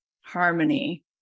harmony